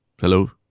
Hello